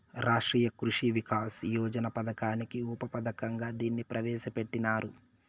రాష్ట్రీయ కృషి వికాస్ యోజన పథకానికి ఉప పథకంగా దీన్ని ప్రవేశ పెట్టినారు